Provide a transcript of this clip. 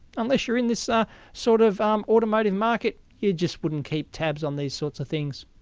unless you're in this ah sort of um automotive market, you just wouldn't keep tabs on these sorts of things.